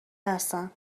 هستن